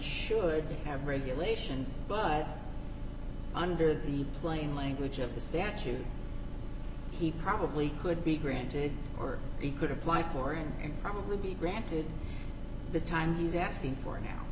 would have regulations but under the plain language of the statute he probably could be granted or he could apply for and probably be granted the time he's asking for now